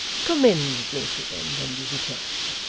commend me to them when you return,